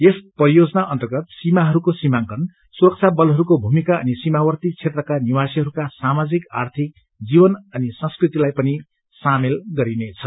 यस परियोजना अर्न्तगत सीमाहरूका सीमांकन सुरक्षा बलहरूको भूमिका अनि सीमावर्त्ती क्षेत्रका निवासीहरूका सामाजिक आर्थिक जीवन अनि संस्कृतिलाई पनि सामेल गरिने छ